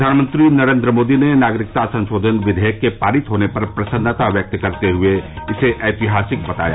प्रधानमंत्री नरेन्द्र मोदी ने नागरिकता संशोधन विधेयक के पारित होने पर प्रसन्नता व्यक्त करते हुए इसे ऐतिहासिक बताया